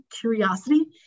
curiosity